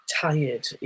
Tired